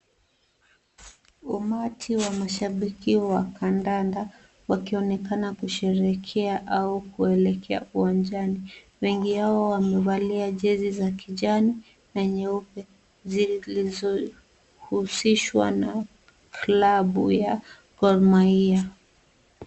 Umati wa mashabiki wa kandanda wakionekana kusherehekea au kuelekea uwanjani. Wengi wao wamevalia jezi za kijani na nyeupe zilizohusishwa na klabu ya Gor Mahia.